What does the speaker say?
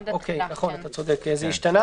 נכון, אתה צודק, זה השתנה